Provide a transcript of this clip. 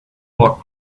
lot